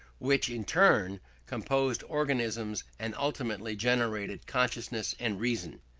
which in turn composed organisms and ultimately generated consciousness and reason.